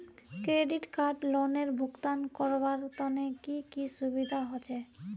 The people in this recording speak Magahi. क्रेडिट कार्ड लोनेर भुगतान करवार तने की की सुविधा होचे??